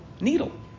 needle